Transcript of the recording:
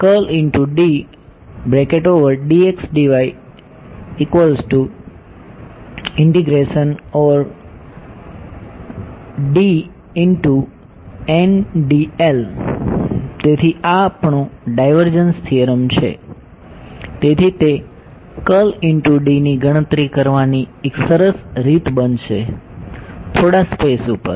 તેથી આ આપણું ડાઈવર્જન્સ થીયરમ છે તેથી તે ની ગણતરી કરવાની એક સરસ રીત બનશે થોડા સ્પેસ ઉપર